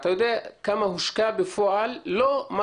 אתה יודע כמה הושקע בפועל, לא מה